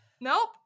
Nope